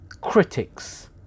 critics